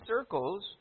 circles